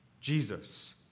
Jesus